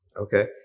Okay